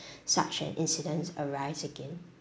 such an incidents arise again